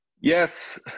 Yes